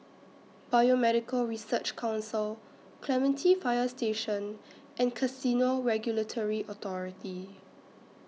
Biomedical Research Council Clementi Fire Station and Casino Regulatory Authority